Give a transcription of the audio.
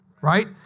right